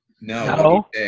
No